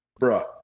Bruh